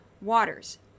Waters